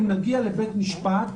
אם נגיע לבית משפט,